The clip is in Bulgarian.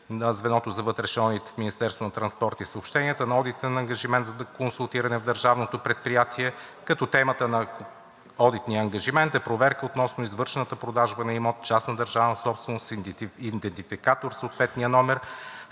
на транспорта и съобщенията на одитен ангажимент за консултиране в държавното предприятие, като темата на одитния ангажимент е проверка относно извършената продажба на имот – частна държавна собственост, с идентификатор със съответния номер,